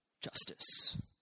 Justice